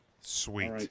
Sweet